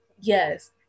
yes